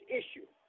issue